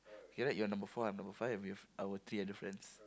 okay right you are number four I'm number five I'm with our three other friends